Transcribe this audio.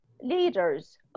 leaders